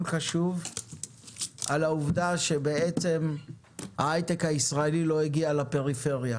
חשוב על העובדה שההייטק הישראלי לא הגיע לפריפריה.